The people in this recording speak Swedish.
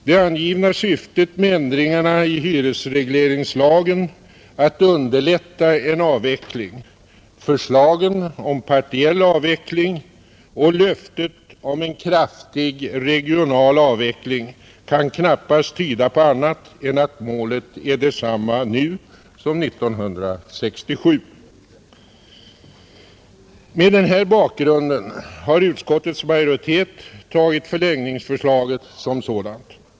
Det angivna syftet med ändringarna i hyresregleringslagen, att underlätta en avveckling, förslagen om partiell avveckling och löftet om en kraftig regional avveckling kan knappast tyda på annat än att målet är detsamma nu som 1967. Med den här bakgrunden har utskottets majoritet tagit förlängningsförslaget som sådant.